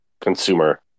consumer